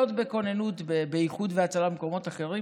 בכוננות ובאיחוד והצלה ובמקומות אחרים,